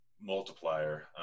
multiplier